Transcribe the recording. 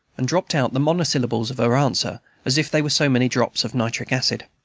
and dropped out the monosyllables of her answer as if they were so many drops of nitric acid.